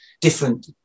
different